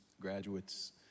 graduates